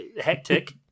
hectic